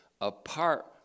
apart